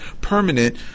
permanent